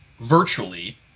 virtually